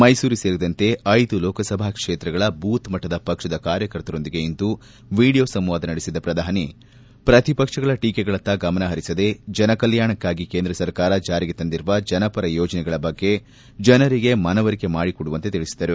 ಮೈಸೂರು ಸೇರಿದಂತೆ ಐದು ಲೋಕಸಭಾ ಕ್ಷೇತ್ರಗಳ ಬೂತ್ ಮಟ್ಟದ ಪಕ್ಷದ ಕಾರ್ಯಕರ್ತರೊಂದಿಗೆ ಇಂದು ವಿಡಿಯೋ ಸಂವಾದ ನಡೆಸಿದ ಪ್ರಧಾನಿ ಪ್ರತಿಪಕ್ಷಗಳ ಟೀಕೆಗಳತ್ತ ಗಮನ ಹರಿಸದೆ ಜನ ಕಲ್ಡಾಣಕ್ಷಾಗಿ ಕೇಂದ್ರ ಸರ್ಕಾರ ಜಾರಿಗೆ ತಂದಿರುವ ಜನಪರ ಯೋಜನೆಗಳ ಬಗ್ಗೆ ಜನರಿಗೆ ಮನವರಿಕೆ ಮಾಡಿಕೊಡುವಂತೆ ತಿಳಿಸಿದರು